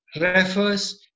refers